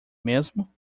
mesmo